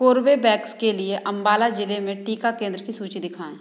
कोर्बेबैक्स के लिए अंबाला जिले में टीका केंद्र की सूची दिखाएँ